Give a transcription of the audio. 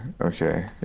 okay